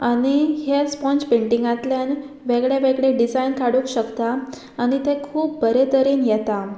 आनी हे स्पोंज पेंटिंगांतल्यान वेगळे वेगळे डिजायन काडूंक शकता आनी तें खूब बरे तरेन येता